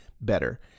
better